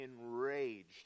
enraged